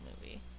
movie